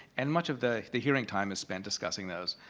and much of the the hearing time is spent discussing those.